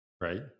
right